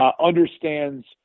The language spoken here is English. understands